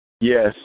Yes